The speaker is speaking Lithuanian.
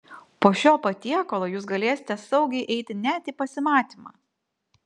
po šio patiekalo jūs galėsite saugiai eiti net į pasimatymą